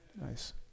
Nice